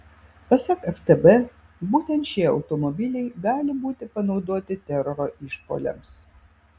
pasak ftb būtent šie automobiliai gali būti panaudoti teroro išpuoliams